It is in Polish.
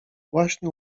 właśnie